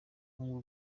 kubwo